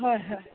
হয় হয়